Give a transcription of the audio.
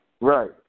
Right